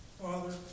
Father